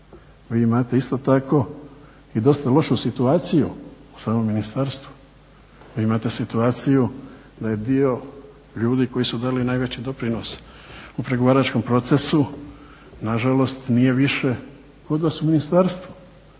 vi imate isto tako i dosta lošu situaciju u samom ministarstvu, vi imate situaciju da je dio ljudi koji su dali najveći doprinos u pregovaračkom procesu, nažalost nije više kod vas u ministarstvu,